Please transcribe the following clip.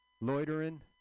loitering